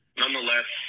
nonetheless